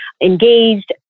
engaged